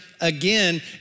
again